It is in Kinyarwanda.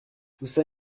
gusa